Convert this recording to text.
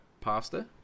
pasta